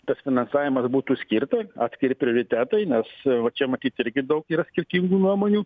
tas finansavimas būtų skirtas atskiri prioritetai nes čia matyt irgi daug yra skirtingų nuomonių